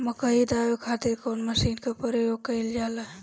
मकई दावे खातीर कउन मसीन के प्रयोग कईल जाला?